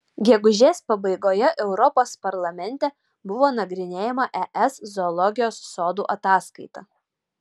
gegužės pabaigoje europos parlamente buvo nagrinėjama es zoologijos sodų ataskaita